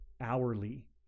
hourly